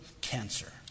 cancer